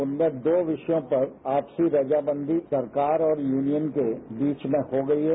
उनमें दो विषयों पर आपसी रजामंदी सरकार और यूनियन के बीच में हो गई है